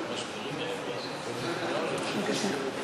בבקשה.